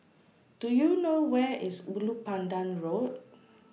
Do YOU know Where IS Ulu Pandan Road